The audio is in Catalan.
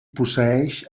posseïx